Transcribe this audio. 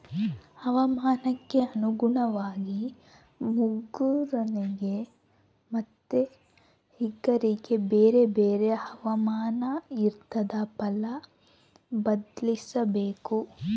ಹವಾಮಾನಕ್ಕೆ ಅನುಗುಣವಾಗಿ ಮುಂಗಾರಿನ ಮತ್ತಿ ಹಿಂಗಾರಿಗೆ ಬೇರೆ ಬೇರೆ ಹವಾಮಾನ ಇರ್ತಾದ ಫಲ ಬದ್ಲಿಸಬೇಕು